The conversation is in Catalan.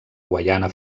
guaiana